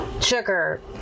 sugar